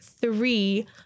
three